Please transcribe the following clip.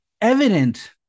evident